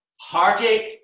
heartache